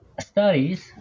studies